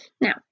Now